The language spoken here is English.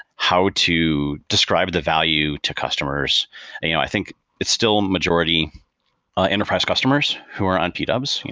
how to describe the value to customers and you know i think it's still majority ah enterprise customers who are on p-dubs.